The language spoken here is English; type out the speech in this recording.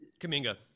Kaminga